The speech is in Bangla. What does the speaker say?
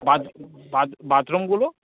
বাত বাত বাথরুমগুলো